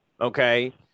okay